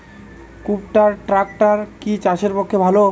কুবটার ট্রাকটার কি চাষের পক্ষে ভালো?